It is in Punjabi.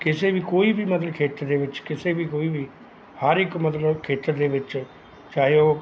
ਕਿਸੇ ਵੀ ਕੋਈ ਵੀ ਮਤਲਬ ਖੇਤਰ ਦੇ ਵਿੱਚ ਕਿਸੇ ਵੀ ਕੋਈ ਵੀ ਹਰ ਇੱਕ ਮਤਲਬ ਖੇਤਰ ਦੇ ਵਿੱਚ ਚਾਹੇ ਉਹ